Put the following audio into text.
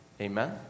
Amen